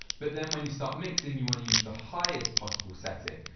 but then when you start mixing you want to use the highest possible setting.